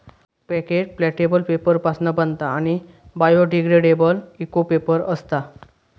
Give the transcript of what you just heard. packet प्लॅटेबल paper पासना बनता आणि बायोडिग्रेडेबल इको पेपर असता